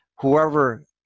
whoever